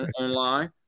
online